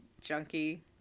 junkie